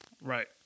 Right